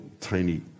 tiny